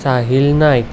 Sahil Naik